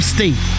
State